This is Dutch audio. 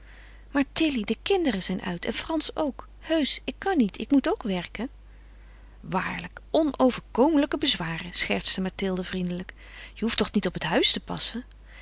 maar tilly de kinderen zijn uit en frans ook heusch ik kan niet ik moet ook werken waarlijk onoverkomelijke bezwaren schertste mathilde vriendelijk je hoeft toch niet op het huis te passen